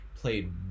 Played